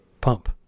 pump